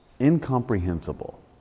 incomprehensible